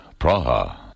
Praha